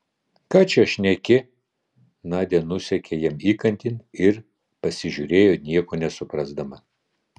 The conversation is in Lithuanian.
ką čia šneki nadia nusekė jam įkandin ir pasižiūrėjo nieko nesuprasdama